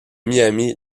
miami